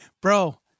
Bro